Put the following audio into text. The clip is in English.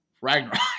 ragnarok